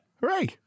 Hooray